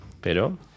Pero